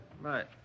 Right